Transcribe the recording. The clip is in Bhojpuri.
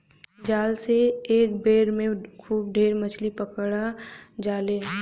जाल से एक बेर में खूब ढेर मछरी पकड़ा जाले